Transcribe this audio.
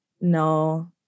No